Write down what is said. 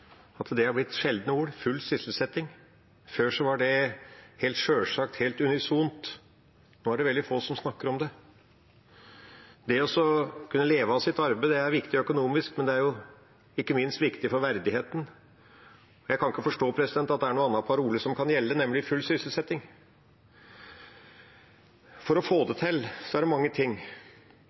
at de har blitt sjeldne ord, «full sysselsetting». Før var det helt sjølvsagt, helt unisont. Nå snakker veldig få om det. Det å kunne leve av sitt arbeid er viktig økonomisk, men ikke minst er det viktig for verdigheten. Jeg kan ikke forstå at noen annen parole enn full sysselsetting kan gjelde. For å få det til er det mange